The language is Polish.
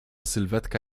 sylwetka